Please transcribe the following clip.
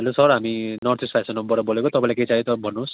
hello sir हामी north east fashion हबबाट बोलेको तपाईँलाई के चाहियो तपाईँ भन्नुहोस्